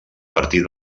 partir